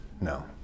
no